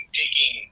taking